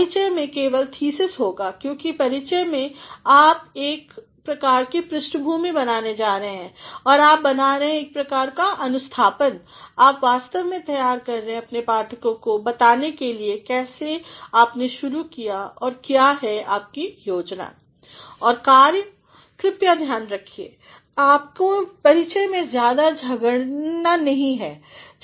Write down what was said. परिचय में केवल थीसिस होगा क्योंकि परिचय में आप एक प्रकार कीपृष्ठभूमिबनाने जाएंगे और आप बना रहे हैं एक प्रकार काअनुस्थापन आप वास्तव में तैयार कर रहे हैं अपने पाठकों को बताने के लिए कैसे आपने शुरू किया और क्या है आपकी योजना ध्यान रखिए आपको परिचय में ज़्यादा झगडन नहीं चाहिए